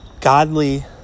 godly